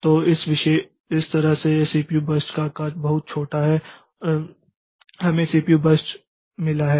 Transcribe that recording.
तो इस तरह से यह सीपीयू बर्स्ट का आकार बहुत छोटा है और हमें सीपीयू बर्स्ट मिला है